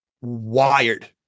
wired